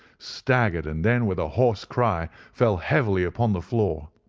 staggered, and then, with a hoarse cry, fell heavily upon the floor.